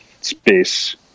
space